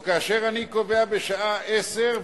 או כאשר אני קובע בשעה 10:00,